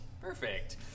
Perfect